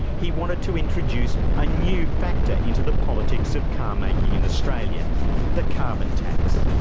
he wanted to introduce a new factor into the politics of car making in australia the carbon tax.